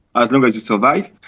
as and but you survive.